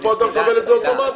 ופה אתה מקבל את זה אוטומטית.